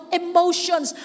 emotions